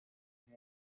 ante